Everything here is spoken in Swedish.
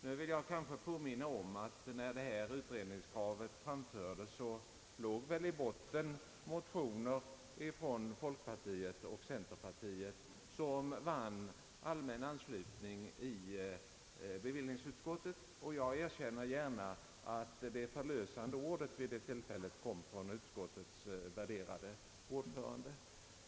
Jag vill emellertid påminna om att då utredningskravet framfördes förra gången låg i botten motioner från folkpartiet och centerpartiet vilka vann allmän anslutning i bevillningsutskottet. Jag erkänner gärna att det förlösande ordet den gången kom från utskottets värderade ordförande.